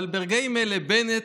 אבל ברגעים אלה בנט,